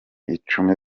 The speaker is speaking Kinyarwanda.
icumi